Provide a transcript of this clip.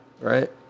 Right